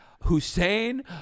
Hussein